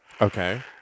Okay